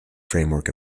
framework